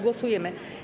Głosujemy.